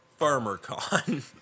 FarmerCon